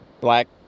black